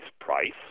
price